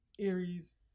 Aries